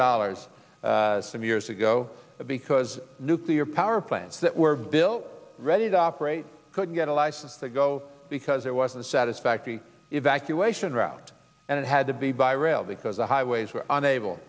dollars some years ago because nuclear power plants that were built ready to operate couldn't get a license to go because it was a satisfactory evacuation route and it had to be by rail because the highways were unable